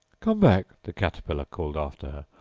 come back the caterpillar called after her.